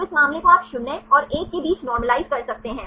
तो इस मामले को आप 0 और 1 के बीच नोर्मालिजे कर सकते हैं